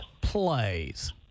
Plays